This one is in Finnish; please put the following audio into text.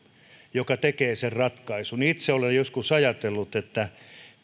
joka tekee sen ratkaisun itse olen joskus ajatellut että